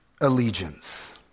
allegiance